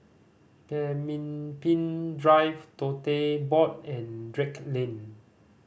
Pemimpin Drive Tote Board and Drake Lane